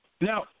Now